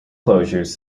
closures